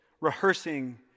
rehearsing